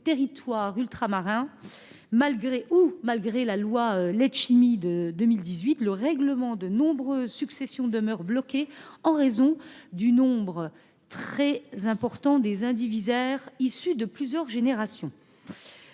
territoires ultramarins où, malgré la loi Letchimy, le règlement de nombreuses successions demeure bloqué en raison de la multiplicité des indivisaires issus de plusieurs générations.